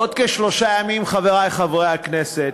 בעוד כשלושה ימים, חברי חברי הכנסת,